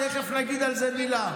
תכף נגיד מילה על זה.